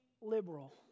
liberal